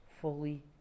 fully